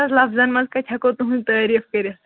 اَہَن حظ لفظن منٛز کَتہِ ہیٚکو تُہُنٛذ تعاریٖف کٔرِتھ